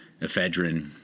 ephedrine